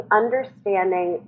understanding